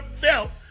belt